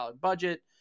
budget